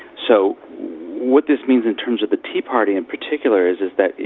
so what this means in terms of the tea party in particular is is that.